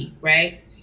right